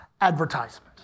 advertisement